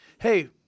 Hey